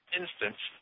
instance